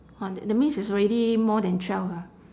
orh that that means it's already more than twelve ah